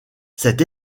cette